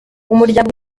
umuryango